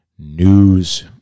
news